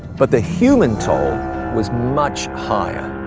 but the human toll was much higher.